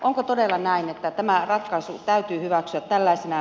onko todella näin että tämä ratkaisu täytyy hyväksyä tällaisenaan